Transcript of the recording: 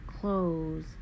clothes